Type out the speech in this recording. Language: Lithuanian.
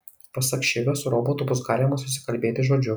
pasak šivio su robotu bus galima susikalbėti žodžiu